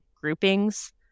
groupings